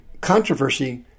controversy